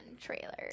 trailer